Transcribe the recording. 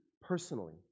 personally